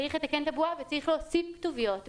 צריך לתקן את הבועה וצריך להוסיף כתוביות.